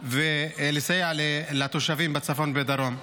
ולסייע לתושבים בצפון ובדרום.